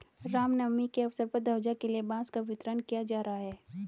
राम नवमी के अवसर पर ध्वजा के लिए बांस का वितरण किया जा रहा है